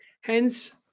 hence